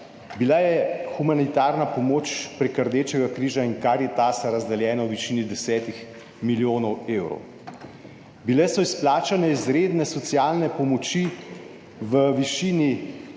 Bila je humanitarna pomoč preko Rdečega križa in Karitasa razdeljena v višini 10 milijonov evrov. Bile so izplačane izredne socialne pomoči v višini